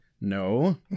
No